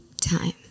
time